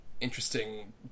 interesting